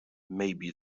maybe